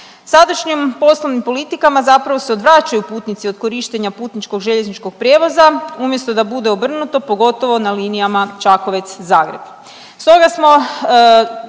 Sadašnjim poslovnim politikama zapravo se odvraćaju putnici od korištenja putničkog željezničkog prijevoza, umjesto da bude obrnuto, pogotovo na linijama Čakovec-Zagreb.